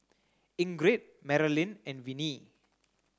Ingrid Maralyn and Viney